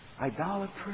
idolatry